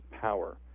power